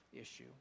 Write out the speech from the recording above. issue